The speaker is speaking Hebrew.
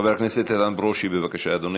חבר הכנסת איתן ברושי, בבקשה, אדוני.